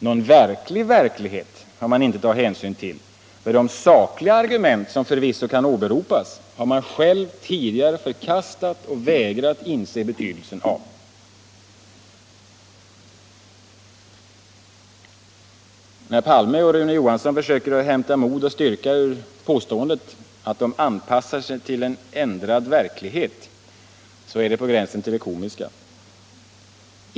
Någon verklig verklighet har man inte tagit hänsyn till, för de sakliga argument, som förvisso kan åberopas, har man själv tidigare förkastat och vägrat inse betydelsen av. När herrar Palme och Rune Johansson försöker att hämta mod och styrka ur påståendet att de nu anpassar sig till en ändrad verklighet, så är det på gränsen till det komiska.